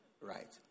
right